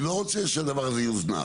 אני לא רוצה שהדבר הזה יוזנח,